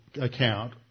account